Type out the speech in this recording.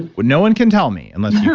what no one can tell me unless yeah